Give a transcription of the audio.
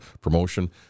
promotion